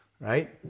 right